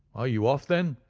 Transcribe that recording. are you off, then?